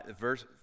verse